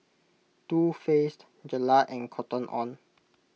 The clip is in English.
Too Faced Gelare and Cotton on